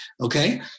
okay